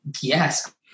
yes